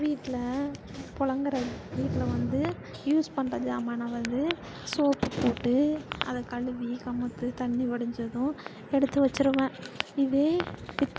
வீட்டில் பொழங்குற வீட்டில் வந்து யூஸ் பண்ற சாமான வந்து சோப்பு போட்டு அதை கழுவி கவுழ்த்து தண்ணி வடிஞ்சதும் எடுத்து வச்சிடுவேன் இதே இப்